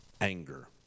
Anger